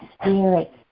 Spirit